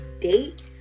date